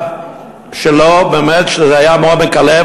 בהתנצלות שלו באמת, שזה היה מעומק הלב.